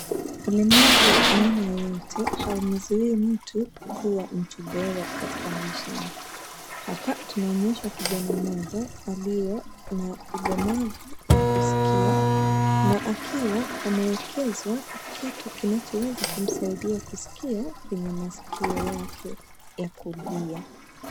Ulemavu wa aina yoyote haumzuii mtu kuwa mtu bora katika maisha yake. Hapa tunaonyeshwa kijana mmoja aliye na ulemavu wa kusikia na akiwa amewekezwa kitu kinachoweza kumsaidia kusikia kwenye maskio yake ya kulia.